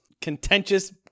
contentious